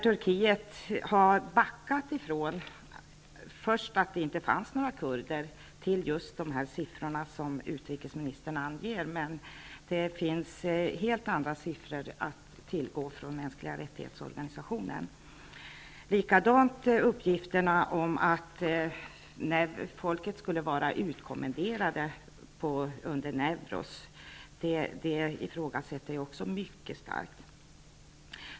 Turkiet har först backat från den första uppgiften att det inte fanns några kurder för att sedan acceptera de siffror som utrikesministern nämnde. Organisationen för mänskliga rättigheter kan emellertid lämna helt andra siffror. Att människor skulle vara utkommenderade i samband med Newroz är en uppgift som jag också ifrågasätter mycket starkt.